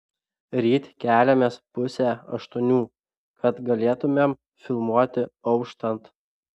ryt keliamės pusę aštuonių kad galėtumėm filmuoti auštant